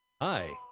Hi